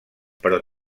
però